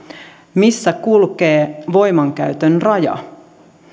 missä kulkee voimankäytön raja